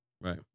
right